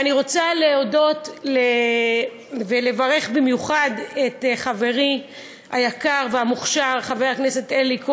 אני רוצה להודות ולברך במיוחד את חברי היקר והמוכשר חבר הכנסת אלי כהן.